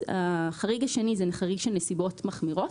החריג השני הוא חריג של נסיבות מחמירות.